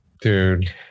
Dude